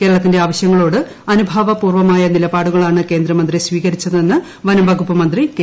കേരളത്തിന്റെ ആവശ്യങ്ങളോട് അനുഭാവപൂർവ്വമായ നിലപാടുകളാണ് കേന്ദ്രമന്ത്രി സ്വീകരിച്ചതെന്ന് വനംമന്ത്രി കെ